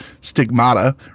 stigmata